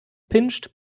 pinched